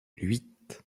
huit